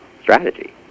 strategy